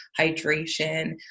hydration